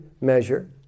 measure